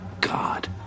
God